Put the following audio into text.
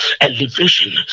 elevation